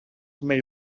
may